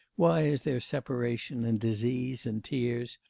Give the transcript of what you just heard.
why is there separation, and disease and tears?